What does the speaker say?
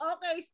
Okay